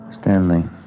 Stanley